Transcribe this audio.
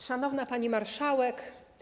Szanowna Pani Marszałek!